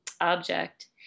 object